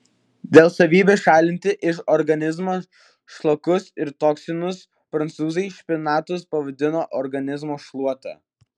dėl savybės šalinti iš organizmo šlakus ir toksinus prancūzai špinatus pavadino organizmo šluota